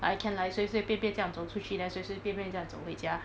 like I can like 随随便便这样走出去 then 随随便便这样走回家